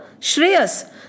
Shreyas